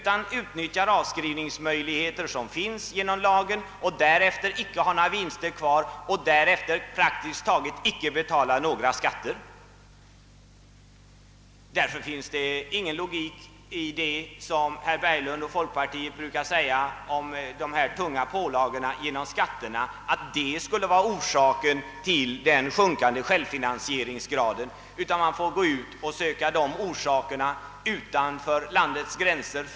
De utnyttjar sina avskrivningsmöjligheter och därefter blir det inga vinster kvar, varför de praktiskt taget inte betalar några skatter. Det finns sålunda ingen logik i vad herr Berglund och folkpartiet brukar säga, att de tunga pålagorna genom skatterna är orsak till den sjunkande självfinansieringsgraden. Orsakerna får främst sökas utanför landets gränser.